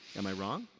am i wrong?